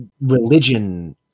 religion